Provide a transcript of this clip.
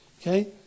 Okay